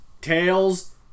Tails